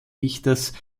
dichters